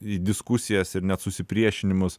į diskusijas ir net susipriešinimus